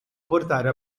portare